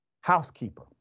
housekeeper